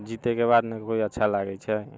जीतेके बाद नहि कोइ अच्छा लागै छै